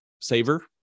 saver